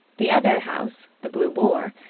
the other house, the blue boar,